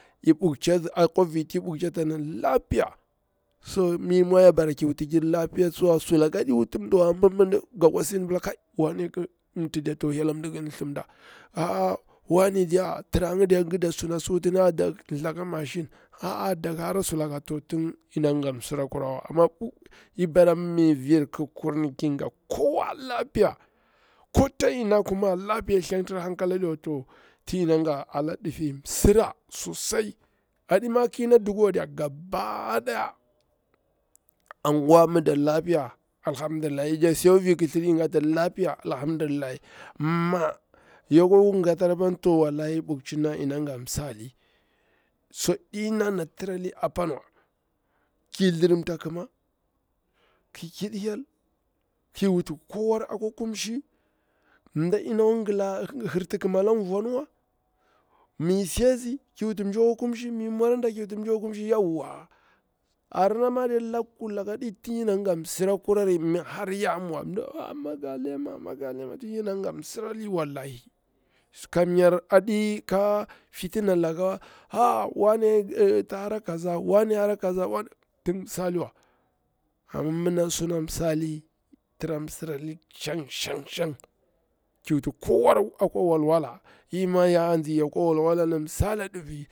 I bukchi akwa viti i bukchi ni lapiya, so mi mwa ya bara ki wa tigir lapiya, sulaka aɗi wuti mdiwa, amma ga kwasi mi ɗi pila kan wane hi mti diya halamdi ki thli mɗa, aa wane diya tra ngi diya ƙida suna si wutini da thla ka machine aa dek hara suloka, to tin ina nga msicaku rawa, amma i bara mi vir ki kurni ki gatti kowa lafiya ko ta ina kuma lapiya thlentir hankad aɗiwa to ti yana nga la difi msira sosai, aɗima ƙina dukuwa diya gabadaya anguwa mi nda lapiya alhamdulillahi, ijakti si akwa vir kithir i gati lafiya alhamdulillahi, mi yakwa nga tari apani to ya bukahi i gatti msali, su aɗi nati ana trali apan wa, ki thrimta kimaila kiɗi hyel ki wut kowa akwa kumshi, mda dina hirti kima ala voni wa misi azi ki wuti mji akwa kumshi, mi mwari ada ki wuti mji akwa kumshi, yauwa ana ma diya laku laka ɗi ti yana nga msira kurari, mi har ya mwa a maga lema maga lema tin yana ga msirah wallahi, kam nyar aɗi ka fitina laka wa aa wa ne tsa hara ƙoza wane tsa hara kaza tin msaliwa, amma suna tra msirali shang shang ki wuti kowa akwa walwala ima yakwa walwala.